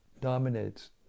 dominates